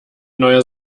neuer